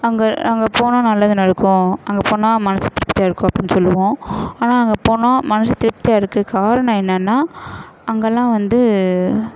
அங்கே அங்கே போனால் நல்லது நடக்கும் அங்கே போனால் மனது திருப்தியாக இருக்கும் அப்படினு சொல்லுவோம் ஆனால் அங்கே போனால் மனது திருப்தியாக இருக்க காரணம் என்னென்னா அங்கெலாம் வந்து